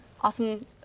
awesome